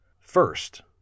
First